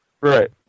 Right